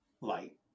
light